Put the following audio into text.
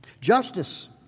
Justice